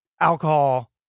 alcohol